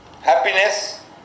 happiness